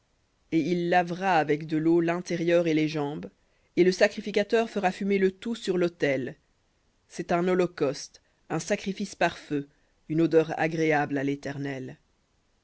et il lavera avec de l'eau l'intérieur et les jambes et le sacrificateur présentera le tout et le fera fumer sur l'autel c'est un holocauste un sacrifice par feu une odeur agréable à l'éternel